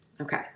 Okay